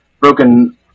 broken